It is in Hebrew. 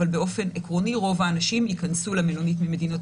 אבל באופן עקרוני רוב האנשים ייכנסו למלונית במדינות